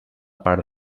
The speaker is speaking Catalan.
part